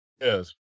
yes